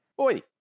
Oi